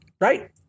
right